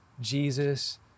Jesus